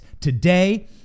today